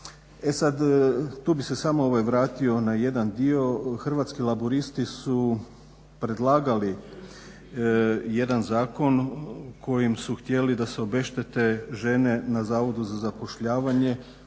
E sad tu bih se samo vratio na jedan dio, Hrvatski laburisti su predlagali jedan zakon kojim su htjeli da se obeštete žene na Zavodu za zapošljavanje